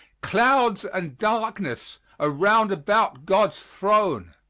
clouds and darkness are round about god's throne.